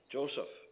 Joseph